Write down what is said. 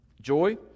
Joy